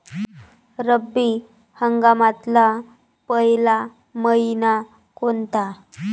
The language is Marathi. रब्बी हंगामातला पयला मइना कोनता?